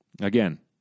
Again